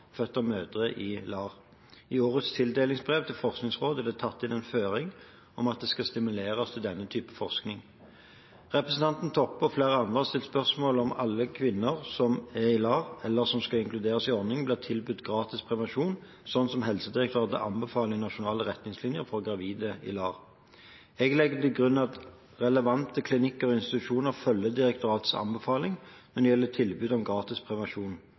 født av mødre i LAR. I årets tildelingsbrev til Forskningsrådet er det tatt inn en føring om at det skal stimuleres til denne typen forskning. Representanten Toppe, og flere andre, har stilt spørsmål om alle kvinner som er i LAR, eller som skal inkluderes i ordningen, blir tilbudt gratis prevensjon, slik Helsedirektoratet anbefaler i den nasjonale retningslinjen for gravide i LAR. Jeg legger til grunn at relevante klinikker og institusjoner følger direktoratets anbefaling når det gjelder tilbud om gratis prevensjon.